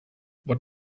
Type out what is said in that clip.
what